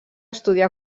estudià